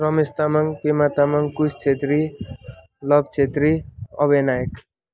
Ramesh Tamang Pema Tamang Kush Kshetri Lav Kshetri Abhay Naik